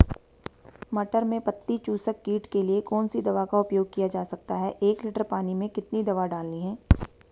मटर में पत्ती चूसक कीट के लिए कौन सी दवा का उपयोग किया जा सकता है एक लीटर पानी में कितनी दवा डालनी है?